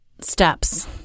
steps